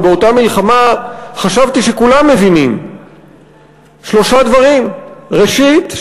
ובאותה מלחמה חשבתי שכולם מבינים שלושה דברים: ראשית,